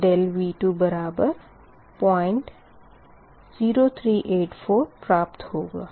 तो ∆V2 बराबर 00384 प्राप्त होगा